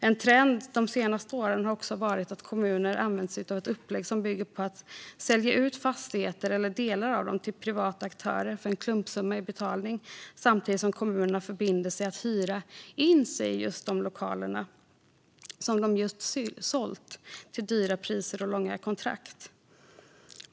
En trend de senaste åren har varit att kommuner använt sig av ett upplägg som bygger på att de säljer ut fastigheter eller delar av dem till privata aktörer för en klumpsumma samtidigt som de förbinder sig att hyra in sig i de lokaler som de just sålt - till höga priser och med långa kontrakt.